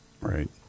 Right